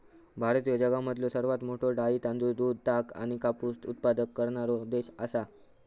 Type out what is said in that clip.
भारत ह्यो जगामधलो सर्वात मोठा डाळी, तांदूळ, दूध, ताग आणि कापूस उत्पादक करणारो देश आसा